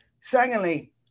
Secondly